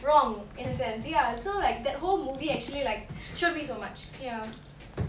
wrong in a sense ya so like that whole movie actually like showed me so much ya